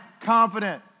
confident